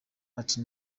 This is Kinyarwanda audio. ati